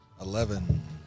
Eleven